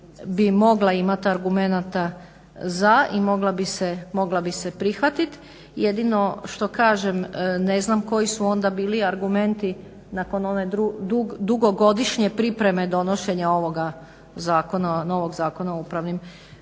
bi mogla imati argumenata za i mogla bi se prihvatiti jedino što kažem ne znam koji su onda bili argumenti nakon one dugogodišnje priprema donošenja ovoga novog Zakona o upravnim sporovima.